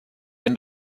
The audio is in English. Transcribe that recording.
end